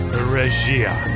Regia